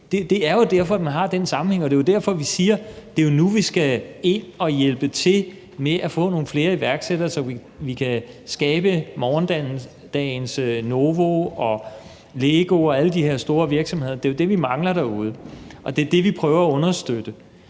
Det er jo derfor, man har den sammenhæng, og det er jo derfor, vi siger, at det er nu, vi skal ind og hjælpe til med at få nogle flere iværksættere, så vi kan skabe morgendagens Novo, LEGO og alle de her store virksomheder. Det er jo det, vi mangler derude. Og det er det, vi prøver at understøtte.